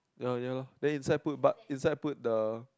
ya yalor then inside put bug inside put the